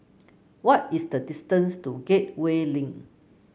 what is the distance to Gateway Link